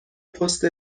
پست